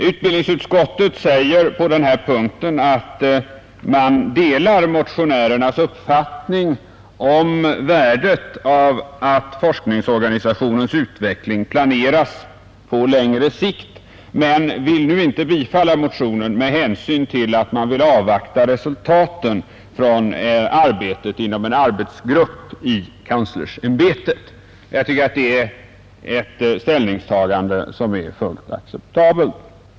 Utbildningsutskottet skriver på den punkten att utskottet delar motionärernas uppfattning om värdet av att forskningsorganisationens utveckling planeras på längre sikt, men utskottet har inte velat tillstyrka motionen med hänsyn till att man vill avvakta resultaten av arbetet inom en arbetsgrupp inom universitetskanslersämbetet. Jag tycker att det är ett fullt acceptabelt ställningstagande.